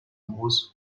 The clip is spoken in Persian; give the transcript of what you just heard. موز